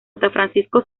francisco